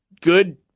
good